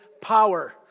power